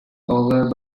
over